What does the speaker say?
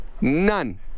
None